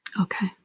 Okay